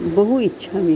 बहु इच्छामि